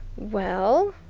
well,